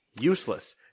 Useless